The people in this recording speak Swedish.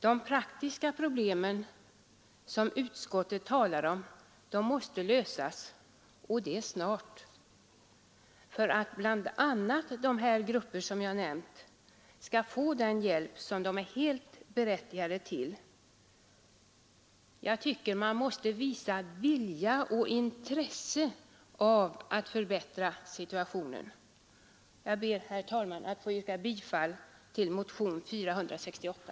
De praktiska problem som utskottet talar om måste lösas och det snart för att de grupper som jag nämnt skall få den hjälp som de är helt berättigade till. Jag tycker att man måste visa vilja och intresse för att förbättra situationen. Herr talman! Jag ber att få yrka bifall till motionen 468.